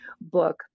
book